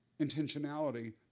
intentionality